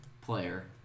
player